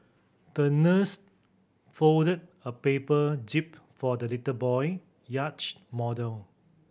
the nurse folded a paper jib for the little boy yacht model